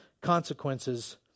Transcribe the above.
consequences